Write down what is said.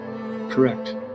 correct